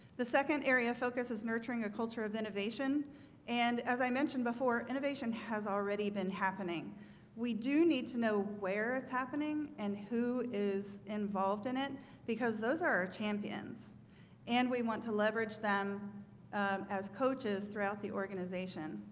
the second area focus is nurturing a culture of innovation and as i mentioned before innovation has already been happening we do need to know where it's happening and who is involved in it because those are our champions and we want to leverage them as coaches throughout the organization.